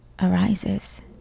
Arises